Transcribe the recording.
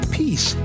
peace